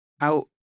out